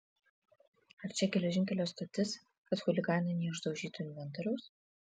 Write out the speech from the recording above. ar čia geležinkelio stotis kad chuliganai neišdaužytų inventoriaus